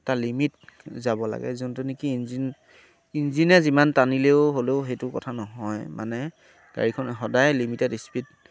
এটা লিমিট যাব লাগে যোনটো নেকি ইঞ্জিন ইঞ্জিনে যিমান টানিলেও হ'লেও সেইটো কথা নহয় মানে গাড়ীখন সদায় লিমিটেড স্পীড